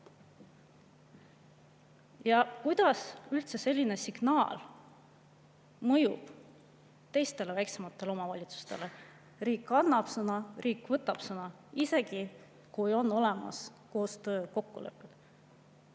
Kuidas üldse selline signaal mõjub teistele, väiksematele omavalitsustele. Riik annab sõna, riik võtab sõna, isegi kui on olemas koostöökokkulepe.